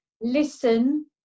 Listen